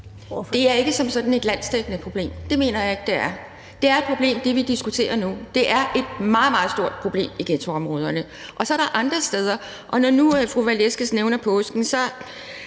Det er ikke som sådan et landsdækkende problem. Det mener jeg ikke det er. Det er et problem, som vi diskuterer nu. Det er et meget, meget stort problem i ghettoområderne, og så er der andre steder, og nu nævner fru Victoria Velasquez påsken, og